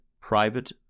private